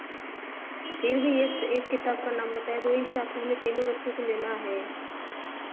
फिर भी एक किताब का नाम बताए ताकि हम तीनों बच्चों का लेना है